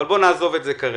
אבל נעזוב את זה עכשיו.